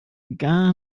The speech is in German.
gar